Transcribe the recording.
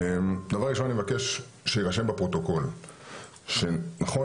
דבר ראשון אני מבקש שיירשם בפרוטוקול שנכון